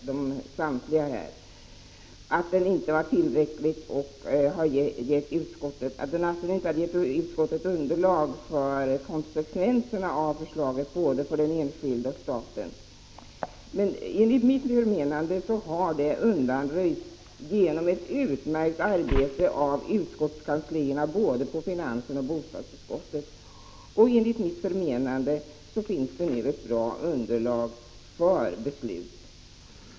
Herr talman! Jag vill börja med att ta upp den kritik av propositionen som har framförts av samtliga talare, nämligen att den inte har gett utskottet underlag vad gäller konsekvenserna av förslaget för både enskilda och staten. Men enligt mitt förmenande har den bristen undanröjts genom ett utmärkt arbete av utskottskanslierna i både finansutskottet och bostadsutskottet. Enligt min mening finns nu ett bra underlag för beslut.